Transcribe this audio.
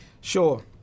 Sure